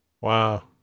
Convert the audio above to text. Wow